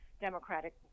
Democratic